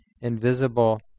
invisible